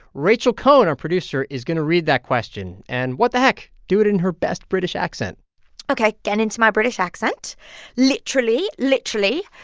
rachel cohn, our producer, is going to read that question and what the heck? do it in her best british accent ok, get into my british accent literally, literally.